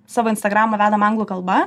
savo instagramą vedam anglų kalba